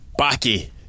Baki